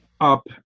up